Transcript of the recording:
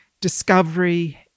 discovery